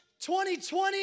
2020